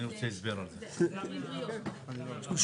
סיבות מרכזיות בגינן נוצרו עודפים